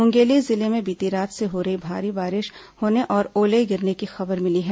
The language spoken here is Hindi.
मुंगेली जिले में बीती रात से ही भारी बारिश होने और ओले गिरने की खबर मिली हैं